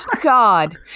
God